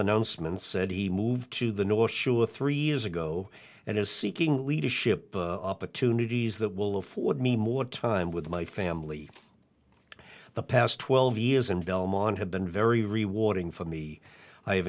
announcement said he moved to the north shore three years ago and is seeking leadership opportunities that will afford me more time with my family the past twelve years and belmont have been very rewarding for me i